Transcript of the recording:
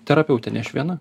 terapeutė ne aš viena